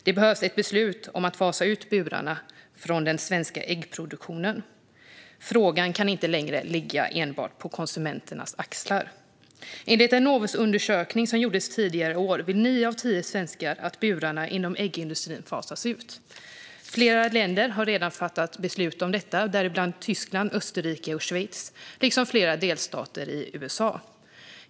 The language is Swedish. Det behövs ett beslut om att fasa ut burarna från den svenska äggproduktionen. Frågan kan inte längre ligga enbart på konsumenternas axlar. Enligt en Novusundersökning som gjordes tidigare i år vill nio av tio svenskar att burarna inom äggindustrin fasas ut. Flera länder har redan fattat beslut om detta, däribland Tyskland, Österrike och Schweiz, liksom flera delstater i USA.